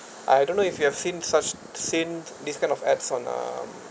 I don't know if you have seen such seen this kind of ads on uh